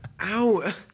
ow